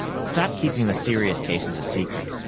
but stop keeping the serious cases a secret.